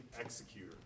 Executor